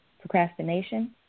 Procrastination